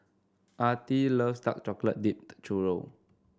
Artie loves Dark Chocolate Dipped Churro